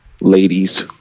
ladies